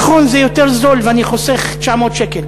נכון, זה יותר זול, ואני חוסך 900 שקל.